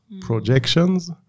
projections